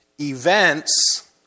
events